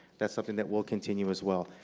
that's something that we'll continue as well.